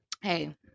Hey